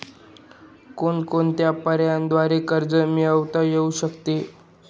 कोणकोणत्या पर्यायांद्वारे कर्ज मिळविता येऊ शकते?